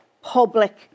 public